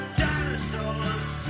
Dinosaurs